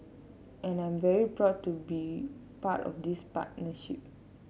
and I'm very proud to be part of this partnership